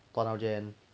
段奧娟